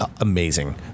amazing